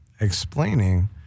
explaining